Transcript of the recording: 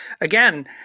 again –